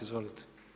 Izvolite.